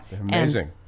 Amazing